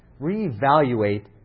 Reevaluate